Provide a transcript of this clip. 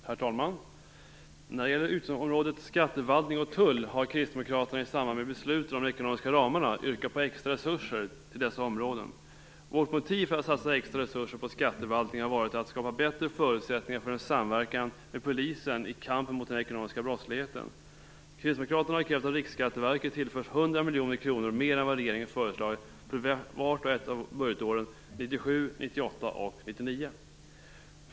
Herr talman! När det gäller utgiftsområdet skatteförvaltning och tull har Kristdemokraterna i samband med beslutet om de ekonomiska ramarna yrkat på extra resurser. Vårt motiv för att satsa extra resurser på skatteförvaltningen har varit att skapa bättre förutsättningar för en samverkan med polisen i kampen mot den ekonomiska brottsligheten. Kristdemokraterna har krävt att Riksskatteverket tillförs 100 miljoner kronor mer än vad regeringen föreslagit för vart och ett av budgetåren 1997, 1998 och 1999.